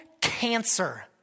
cancer